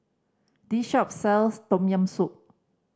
this shop sells Tom Yam Soup